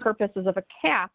purposes of a cap